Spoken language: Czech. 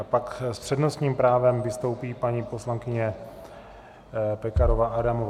Pak s přednostním právem vystoupí paní poslankyně Pekarová Adamová.